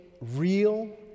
real